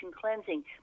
cleansing